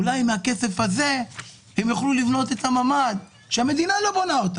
אולי מהכסף הזה הן יוכלו לבנות ממ"ד שהמדינה לא בונה.